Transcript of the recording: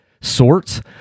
sorts